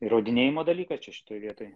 įrodinėjimo dalykas čia šitoj vietoj